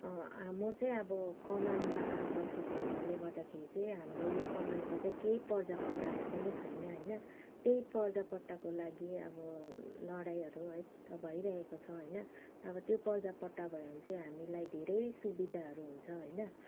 म चाहिँ अब कमानमा बसेको हुनाले गर्दाखेरि चाहिँ हाम्रो यो कमानको कै पर्जापट्टाहरू नि छैन होइन त्यही पर्जापट्टाको लागि अब लडाइँहरू है त भइरहेको छ होइन अब त्यो पर्जापट्टा भयो भने चाहिँ हामीलाई धेरै सुविधाहरू हुन्छ होइन